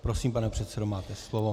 Prosím, pane předsedo, máte slovo.